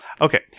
Okay